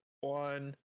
one